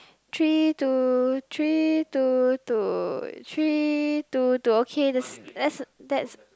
three two three two two three two two okay that's let's that's